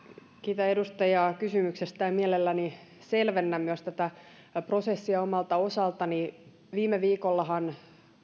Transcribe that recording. kiitän edustajaa kysymyksestä ja mielelläni selvennän tätä prosessia omalta osaltani viime viikollahan